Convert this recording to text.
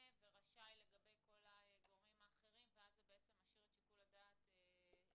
ורשאי לגבי כל הגורמים האחרים ואז זה בעצם משאיר את שיקול הדעת למשטרה.